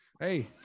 Hey